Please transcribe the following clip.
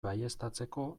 baieztatzeko